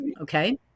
Okay